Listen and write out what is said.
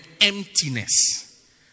emptiness